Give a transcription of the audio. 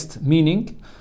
meaning